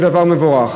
זה דבר מבורך.